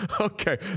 Okay